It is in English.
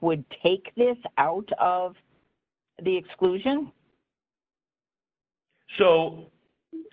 would take this out of the exclusion so